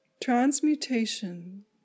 Transmutation